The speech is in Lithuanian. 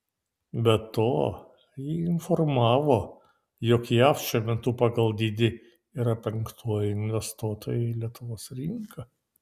be to ji informavo jog jav šiuo metu pagal dydį yra penktoji investuotoja į lietuvos rinką